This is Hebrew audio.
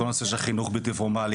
כל הנושא של חינוך בלתי פורמלי,